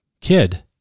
kid